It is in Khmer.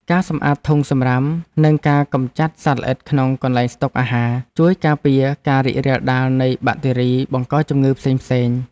ការសម្អាតធុងសម្រាមនិងការកម្ចាត់សត្វល្អិតក្នុងកន្លែងស្តុកអាហារ ជួយការពារការរីករាលដាលនៃបាក់តេរីបង្កជំងឺផ្សេងៗ។